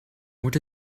what